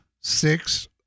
six